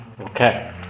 Okay